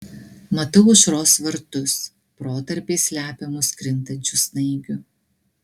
matau aušros vartus protarpiais slepiamus krintančių snaigių